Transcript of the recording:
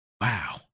Wow